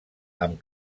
amb